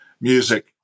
music